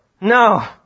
No